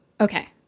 Okay